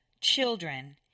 children